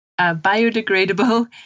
biodegradable